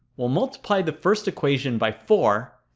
we'll multiply the first equation by four,